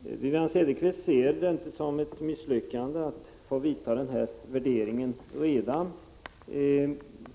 Wivi-Anne Cederqvist ser det inte som ett misslyckande att man redan nu skall utvärdera ifrågavarande lagstiftning.